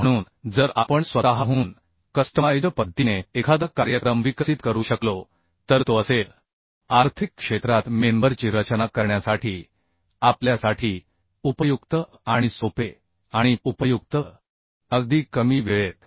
म्हणून जर आपण स्वतःहून कस्टमाइज्ड पद्धतीने एखादा कार्यक्रम विकसित करू शकलो तर तो असेल आर्थिक क्षेत्रात मेंबरची रचना करण्यासाठी आपल्यासाठी उपयुक्त आणि सोपे आणि उपयुक्त अगदी कमी वेळेत